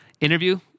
interview